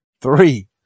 Three